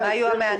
מה היו המענים?